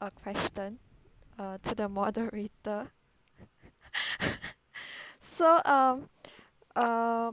a question uh to the moderator so um uh